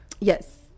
Yes